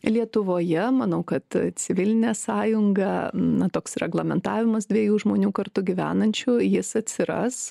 lietuvoje manau kad civilinė sąjunga na toks reglamentavimas dviejų žmonių kartu gyvenančių jis atsiras